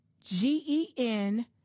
g-e-n